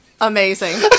Amazing